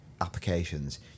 applications